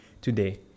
today